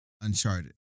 Uncharted